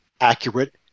accurate